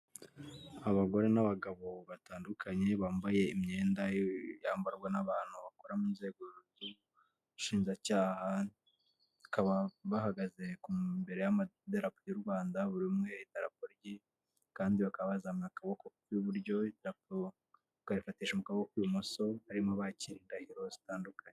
Abagore n'abagabo batandukanye bambaye imyenda yambarwa n'abantu bakora mu nzego z'ubushinjacyaha, bakaba bahagaze imbere y'amadarapo y'u Rwanda buri umwe hari idarapo rye, kandi bakaba bazamuye akaboko k'iburyo, idarapo bakarifatisha akaboko k'ibumoso barimo bakira indahiro zitandukanye.